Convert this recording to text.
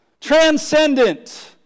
transcendent